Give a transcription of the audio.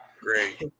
great